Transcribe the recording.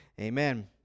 Amen